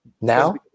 Now